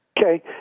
Okay